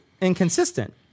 inconsistent